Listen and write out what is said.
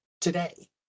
today